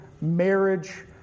marriage